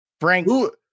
Frank